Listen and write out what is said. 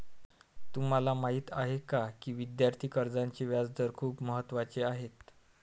तुम्हाला माहीत आहे का की विद्यार्थी कर्जाचे व्याजदर खूप महत्त्वाचे आहेत?